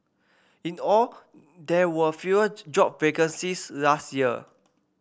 in the all there were fewer job vacancies last year